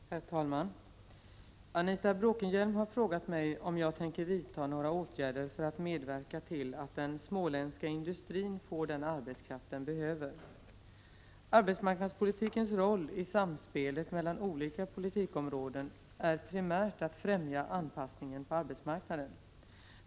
Herr talman! Anita Bråkenhielm har frågat mig om jag tänker vidta några åtgärder för att medverka till att den småländska industrin får den arbetskraft den behöver. Arbetsmarknadspolitikens roll i samspelet mellan olika politikområden är primärt att främja anpassningen på arbetsmarknaden.